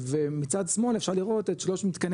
ומצד שמאל אפשר לראות את שלוש מתקני